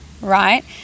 right